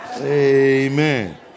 Amen